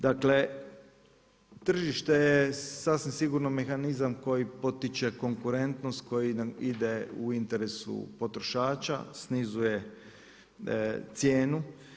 Dakle tržište je sasvim sigurno mehanizam koji potiče konkurentnost koji nam ide u interesu potrošača, snizuje cijenu.